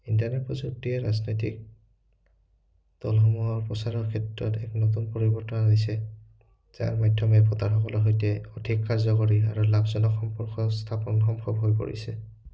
internet প্ৰযুক্তিয়ে ৰাজনৈতিক দলসমূহৰ প্ৰচাৰৰ ক্ষেত্ৰত এক নতুন পৰিৱৰ্তন আনিছে যাৰ মাধ্যমে ভোটাৰসকলৰ সৈতে অধিক কাৰ্যকৰী আৰু লাভজনক সম্পৰ্ক স্থাপন সম্ভৱ হৈ পৰিছে